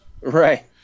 Right